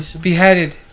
Beheaded